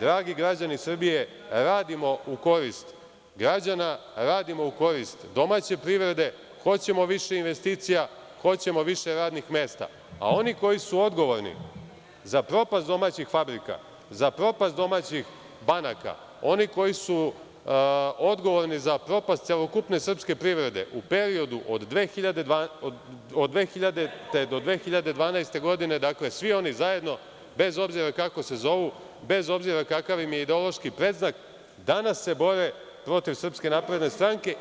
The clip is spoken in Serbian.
Dragi građani Srbije, radimo u korist građana, radimo u korist domaće privrede, hoćemo više investicija, hoćemo više radnih mesta, a oni koji su odgovorni za propast domaćih fabrika, za propast domaćih banaka, oni koji su odgovorni za propast celokupne srpske privrede u periodu od 2000. do 2012. godine, dakle svi oni zajedno, bez obzira kako se zovu, bez obzira kakav im je ideološki predznak, danas se bore protiv SNS